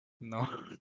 No